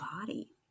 body